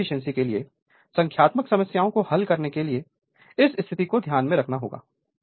maximum efficiency के लिए संख्यात्मक समस्याओं को हल करने के लिए इस स्थिति को ध्यान में रखना होगा